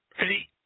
Ready